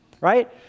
right